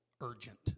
urgent